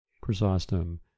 Chrysostom